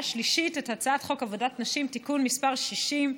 שלישית את הצעת חוק עבודת נשים (תיקון מס' 60),